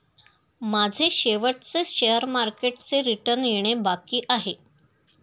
माझे शेवटचे शेअर मार्केटचे रिटर्न येणे बाकी आहे